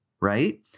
right